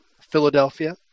Philadelphia